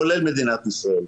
כולל מדינת ישראל.